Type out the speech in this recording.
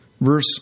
Verse